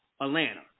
Atlanta